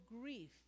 grief